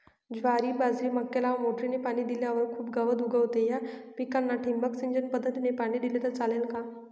ज्वारी, बाजरी, मक्याला मोटरीने पाणी दिल्यावर खूप गवत उगवते, या पिकांना ठिबक सिंचन पद्धतीने पाणी दिले तर चालेल का?